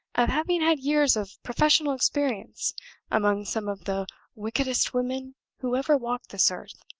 of having had years of professional experience among some of the wickedest women who ever walked this earth.